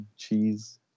Cheese